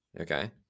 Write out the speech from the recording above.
Okay